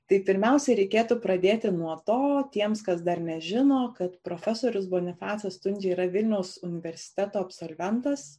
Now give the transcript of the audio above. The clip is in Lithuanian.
tai pirmiausia reikėtų pradėti nuo to tiems kas dar nežino kad profesorius bonifacas stundžia yra vilniaus universiteto absolventas